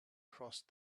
crossed